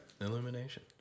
Illumination